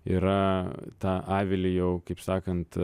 yra tą avilį jau kaip sakant